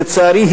לצערי,